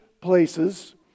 places